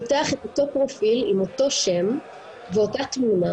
פותח את אותו פרופיל עם אותו שם ואותה תמונה